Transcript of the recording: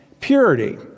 purity